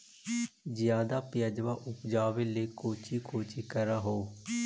ज्यादा प्यजबा उपजाबे ले कौची कौची कर हो?